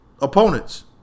opponents